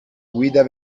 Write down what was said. guida